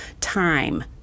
time